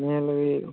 ନାଇ ଆମେ ବି